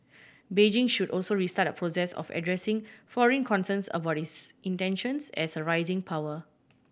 Beijing should also restart a process of addressing foreign concerns about its intentions as a rising power